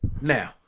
Now